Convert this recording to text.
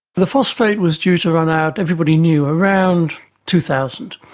the phosphate was due to run out, everybody knew, around two thousand.